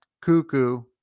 cuckoo